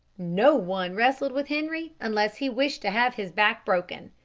no one wrestled with henri unless he wished to have his back broken.